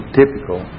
typical